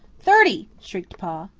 thirty, shrieked pa.